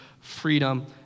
freedom